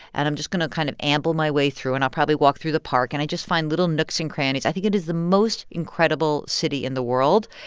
and i'm just going to kind of amble my way through. and i'll probably walk through the park, and i just find little nooks and crannies. i think it is the most incredible city in the world.